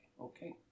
okay